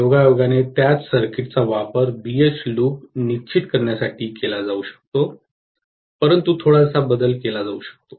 योगायोगाने त्याच सर्किटचा वापर बीएच लूप निश्चित करण्यासाठी केला जाऊ शकतो परंतु थोडासा बदल केला जाऊ शकतो